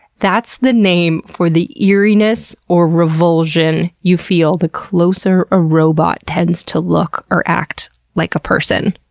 that's the name for the eeriness or revulsion you feel the closer a robot tends to look or act like a person.